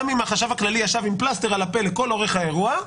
גם אם החשב הכללי ישב עם פלסתר על הפה לכל אורך האירוע,